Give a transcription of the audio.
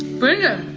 brilliant!